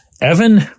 Evan